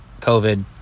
COVID